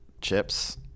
chips